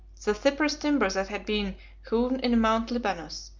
the cypress timber that had been hewn in mount libanus,